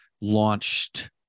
launched